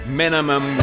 minimum